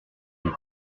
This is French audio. huit